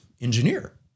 engineer